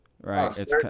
right